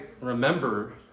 remember